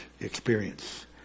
experience